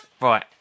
Right